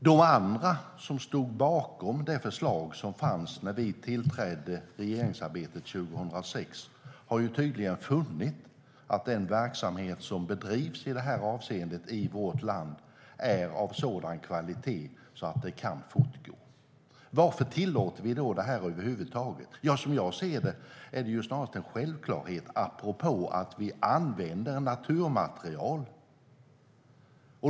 De andra som stod bakom det förslag som fanns när vi tillträdde som regering 2006 har tydligen funnit att den verksamhet som bedrivs i det här avseendet i vårt land är av sådan kvalitet att den kan fortgå. Varför tillåter vi då det här över huvud taget? Som jag ser det är det snarast en självklarhet att vi gör det - apropå att vi använder naturmaterial.